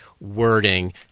wording